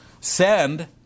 Send